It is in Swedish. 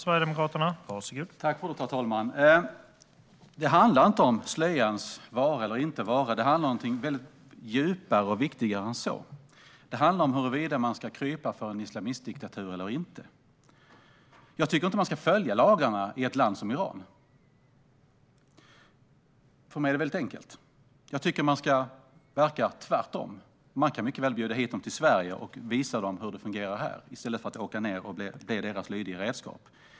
Herr talman! Det handlar inte om slöjans vara eller inte vara. Det handlar om något djupare och viktigare än så. Det handlar om huruvida man ska krypa för en islamistdiktatur eller inte. Jag tycker inte att man ska följa lagarna i ett land som Iran. För mig är det enkelt. Jag tycker att man ska verka tvärtom. Man kan bjuda dem till Sverige och visa dem hur det fungerar här i stället för att åka ned och bli deras lydiga redskap.